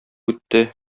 үтте